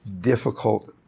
Difficult